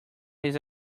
his